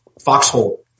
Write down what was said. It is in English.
foxhole